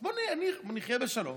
אז בואי נחיה בשלום,